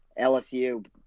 LSU